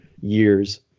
years